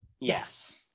Yes